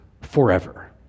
forever